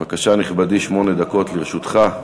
בבקשה, נכבדי, שמונה דקות לרשותך.